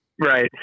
Right